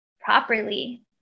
properly